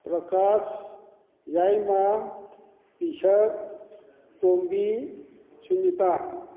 ꯄ꯭ꯔꯀꯥꯁ ꯌꯥꯏꯃꯥ ꯄꯤꯁꯛ ꯇꯣꯝꯕꯤ ꯁꯨꯃꯤꯇꯥ